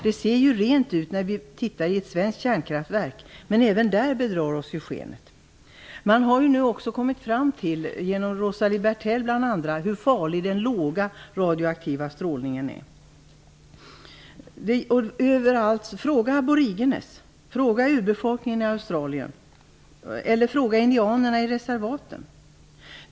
Det ser ju rent ut när vi tittar i ett svensk kärnkraftverk. Men skenet bedrar även där. Man har genom bl.a. Rosali Bertell kommit fram till hur farlig den låga radioaktiva strålningen är. Fråga aboriginerna, urbefolkningen, i Australien eller indianerna i reservaten!